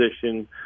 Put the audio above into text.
position